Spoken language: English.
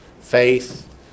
Faith